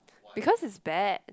because it's bad